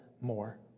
more